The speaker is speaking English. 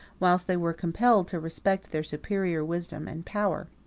whilst they were compelled to respect their superior wisdom and power.